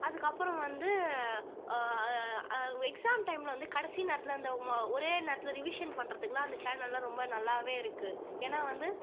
அதுக்கப்புறம் வந்து அவங்க எக்ஸாம் டைமில் வந்து கடைசி நேரத்தில் அந்த ஒ ஒரே நேரத்தில் ரிவிஷன் பண்ணுறதுக்குலாம் அந்த சேனல்லாம் ரொம்ப நல்லாவே இருக்குது ஏன்னால் வந்து